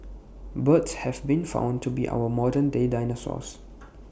birds have been found to be our modern day dinosaurs